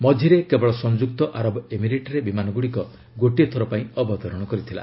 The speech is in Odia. ମଝିରେ ସଂଯୁକ୍ତ ଆରବ ଏମିରେଟ୍ରେ ବିମାନଗୁଡ଼ିକ ଗୋଟିଏ ଥର ପାଇଁ ଅବତରଣ କରିଥିଲା